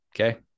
okay